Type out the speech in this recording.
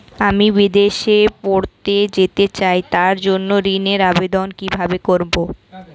আমি বিদেশে পড়তে যেতে চাই তার জন্য ঋণের আবেদন কিভাবে করব?